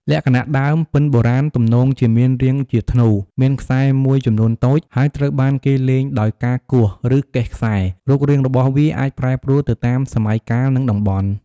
លក្ខណៈដើម ពិណបុរាណទំនងជាមានរាងជាធ្នូ មានខ្សែមួយចំនួនតូច ហើយត្រូវបានគេលេងដោយការគោះ ឬកេះខ្សែ រូបរាងរបស់វាអាចប្រែប្រួលទៅតាមសម័យកាល និងតំបន់។